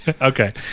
Okay